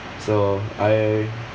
so I